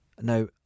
Now